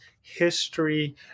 history